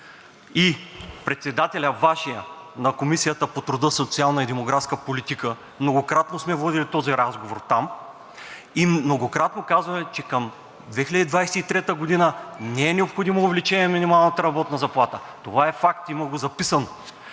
председател на Комисията по труда, социалната и демографската политика, многократно сме водили този разговор там, многократно казваме, че към 2023 г. не е необходимо увеличение на минималната работна заплата – това е факт, има го записано,